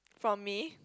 from me